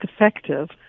effective